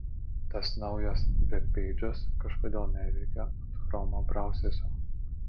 tas naujas vebpeidžas kažkodėl neveikia ant chromo brausesio